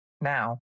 Now